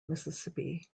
mississippi